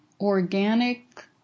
organic